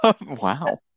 wow